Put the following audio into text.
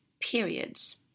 periods